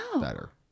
better